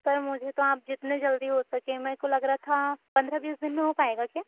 sir मुझे तो आप जितने जल्दी हो सके मेरे को लग रहा था पन्द्रह बीस दिन में हो पाएगा क्या